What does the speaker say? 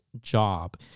job